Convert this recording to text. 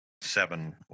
Seven